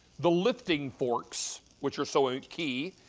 the lifting forks, which are so key.